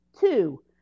two